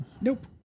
Nope